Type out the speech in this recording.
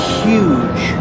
huge